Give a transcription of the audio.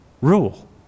rule